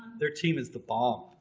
their team is the bomb